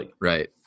Right